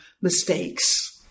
mistakes